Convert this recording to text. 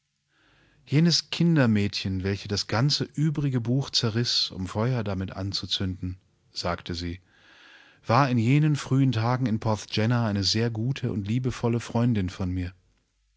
jenes kindermädchen welches das ganze übrige buch zerriß um feuer damit anzuzünden sagte sie war in jenen frühen tagen in porthgenna eine sehr gute und liebevolle freundin von mir